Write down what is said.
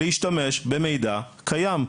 להשתמש במידע קיים.